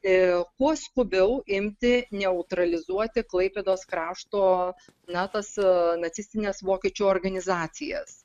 e kuo skubiau imti neutralizuoti klaipėdos krašto na tas nacistines vokiečių organizacijas